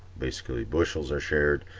basically bushels are shared,